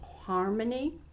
harmony